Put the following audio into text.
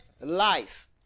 life